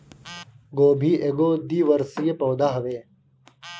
गोभी एगो द्विवर्षी पौधा हवे